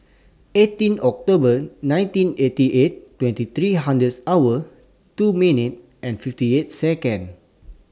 eighteen October nineteen eighty eight twenty three hours two fifty minute eight Second